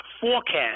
forecast